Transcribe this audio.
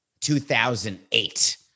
2008